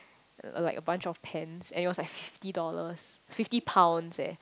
like a bunch of pens and it was like fifty dollars fifty pounds eh